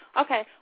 Okay